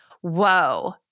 whoa